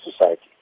society